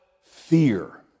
fear